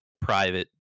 private